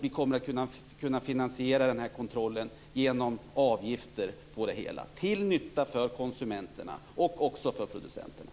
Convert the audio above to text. Vi kommer att kunna finansiera kontrollen genom avgifter, till nytta för konsumenterna och också för producenterna.